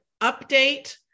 update